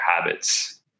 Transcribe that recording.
habits